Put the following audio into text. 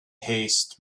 haste